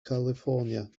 california